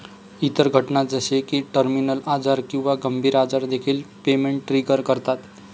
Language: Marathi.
इतर घटना जसे की टर्मिनल आजार किंवा गंभीर आजार देखील पेमेंट ट्रिगर करतात